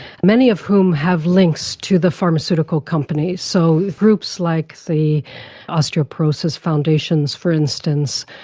many of whom have links to the pharmaceutical companies. so groups like the osteoporosis foundations, for instance,